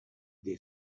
they